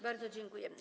Bardzo dziękuję.